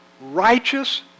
righteous